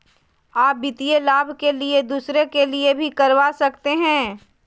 आ वित्तीय लाभ के लिए दूसरे के लिए भी करवा सकते हैं?